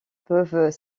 peuvent